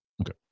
Okay